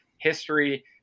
history